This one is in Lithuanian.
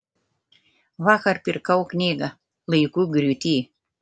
vakar pirkau knygą laikų griūty